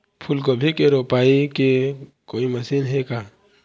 फूलगोभी के रोपाई के कोई मशीन हे का?